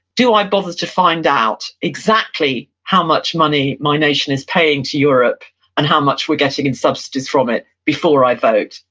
do i bother to find out exactly how much money my nation is paying to europe and how much we're getting in subsidies from it before i vote?